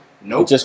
no